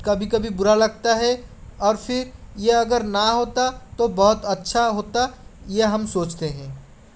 कभी कभी बुरा लगता है और फिर ये अगर ना होता तो बहुत अच्छा होता ये हम सोचते हैं